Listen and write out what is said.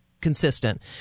consistent